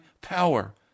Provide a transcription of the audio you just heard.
power